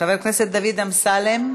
חבר הכנסת דוד אמסלם,